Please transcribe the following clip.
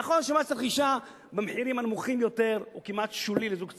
נכון שמס רכישה במחירים הנמוכים יותר הוא כמעט שולי לזוג צעיר,